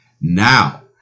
Now